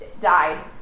died